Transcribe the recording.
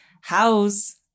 House